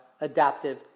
adaptive